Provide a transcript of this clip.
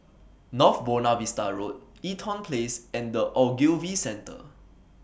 North Buona Vista Road Eaton Place and The Ogilvy Centre